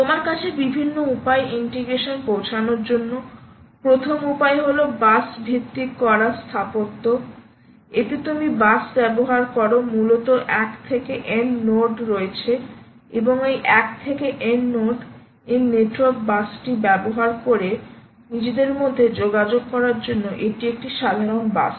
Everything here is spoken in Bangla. তোমার কাছে বিভিন্ন উপায় ইন্টিগ্রেশন পৌঁছানোর জন্য প্রথম উপায় হল বাস ভিত্তিক করা স্থাপত্য এতে তুমি বাস ব্যবহার করো মূলত 1 থেকে n নোড রয়েছে এবং এই 1 থেকে n নোড রয়েছে এই নেটওয়ার্ক বাসটি ব্যবহার করে নিজেদের মধ্যে যোগাযোগ করার জন্য এটি একটি সাধারণ বাস